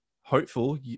hopeful